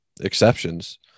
exceptions